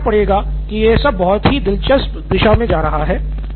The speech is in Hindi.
मुझे कहना पड़ेगा की यह सब बहुत ही दिलचस्प दिशा मे जा रहा है